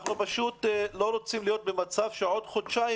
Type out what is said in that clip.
אנחנו לא רוצים להיות במצב שעוד חודשיים